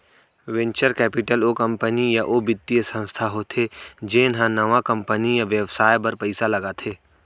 venture capital ओ company या ओ बित्तीय संस्था होथे जेन ह नवा कंपनी या बेवसाय बर पइसा लगाथे